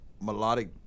melodic